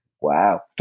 Wow